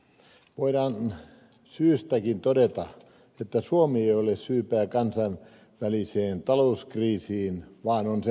voidaan syystäkin todeta että suomi ei ole syypää kansainväliseen talouskriisiin vaan on sen uhri